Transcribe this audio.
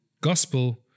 gospel